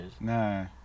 No